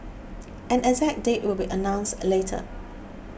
an exact date will be announced later